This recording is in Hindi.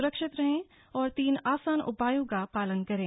सुरक्षित रहें और तीन आसान उपायों का पालन करें